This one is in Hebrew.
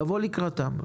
לבוא לקראתן.